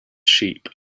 sheep